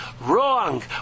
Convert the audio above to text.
Wrong